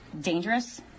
dangerous